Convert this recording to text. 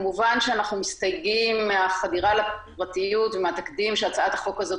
כמובן שאנחנו מסתייגים מהחדירה לפרטיות ומהתקדים שהצעת החוק הזאת